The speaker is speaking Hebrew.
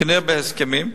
כנראה בהסכמים.